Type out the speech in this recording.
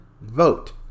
vote